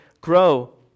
grow